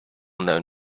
known